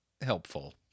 Helpful